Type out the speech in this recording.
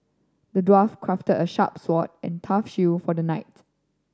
the dwarf crafted a sharp sword and a tough shield for the knight